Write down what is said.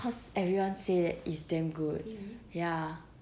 cause everyone say that it's damm good